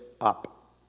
up